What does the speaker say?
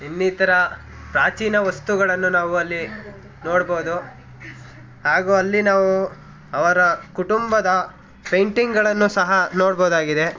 ಇನ್ನಿತರ ಪ್ರಾಚೀನ ವಸ್ತುಗಳನ್ನು ನಾವು ಅಲ್ಲಿ ನೋಡ್ಬೋದು ಹಾಗೂ ಅಲ್ಲಿ ನಾವು ಅವರ ಕುಟುಂಬದ ಪೇಂಟಿಂಗಳನ್ನು ಸಹ ನೋಡ್ಬೋದಾಗಿದೆ